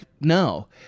no